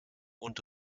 und